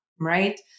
right